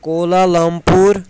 Kuala Lumpur